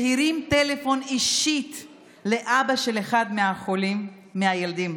שהרים טלפון אישית לאבא של אחד מהחולים, מהילדים,